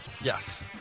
Yes